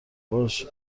باشه